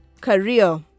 career